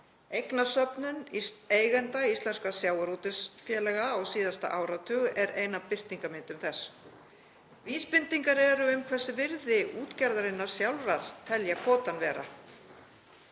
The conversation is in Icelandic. Eignasöfnun eigenda íslenskra sjávarútvegsfélaga á síðasta áratug er ein af birtingarmyndum þess. Vísbendingar eru um hvers virði útgerðirnar sjálfar telja kvótann vera,